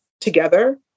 together